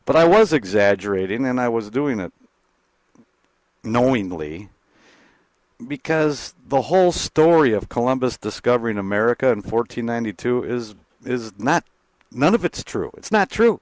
but i was exaggerating and i was doing it knowingly because the whole story of columbus discovering america in fourteen ninety two is is not none of it's true it's not true